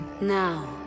Now